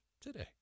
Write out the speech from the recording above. today